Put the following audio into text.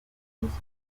sports